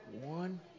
One